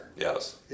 Yes